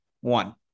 one